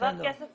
עבר כסף